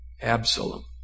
Absalom